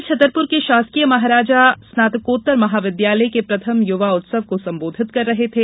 वे कल छतरपुर के शासकीय महाराजा स्नातकोत्तर महाविद्यालय के प्रथम युवा उत्सव को संबोधित कर रहे थे